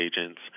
agents